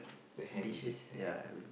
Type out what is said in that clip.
the ham music the ham